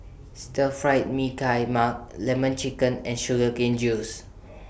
Stir Fry Mee Tai Mak Lemon Chicken and Sugar Cane Juice